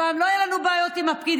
הפעם לא יהיו לנו בעיות עם הפקידים.